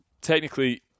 technically